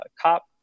cop